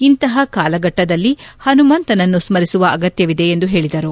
ಇಂತಹ ಕಾಲಘಟ್ಟದಲ್ಲಿ ಹನುಮಂತನನ್ನು ಸ್ಕರಿಸುವ ಅಗತ್ಲವಿದೆ ಎಂದು ಹೇಳಿದರು